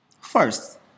First